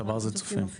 צבר זה צופים.